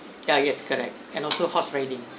ya yes correct and also horse riding